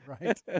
right